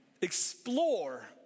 explore